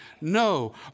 No